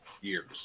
years